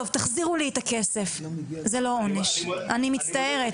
תחזירו את הכסף" זה לא עונש, אני מצטערת.